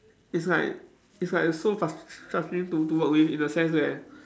is like is like so frus~ frustrating to to work with in a sense that